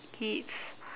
kids